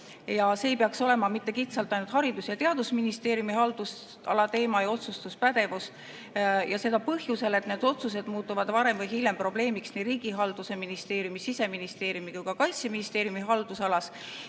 ja see ei peaks olema kitsalt ainult Haridus- ja Teadusministeeriumi haldusalateema ja otsustuspädevus ning seda põhjusel, et need otsused muutuvad varem või hiljem probleemiks nii [Rahandusministeeriumi] riigihalduse, Siseministeeriumi kui ka Kaitseministeeriumi haldusalas,